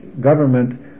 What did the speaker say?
government